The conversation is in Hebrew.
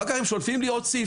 אחר כך הם שולפים לי עוד סעיפים,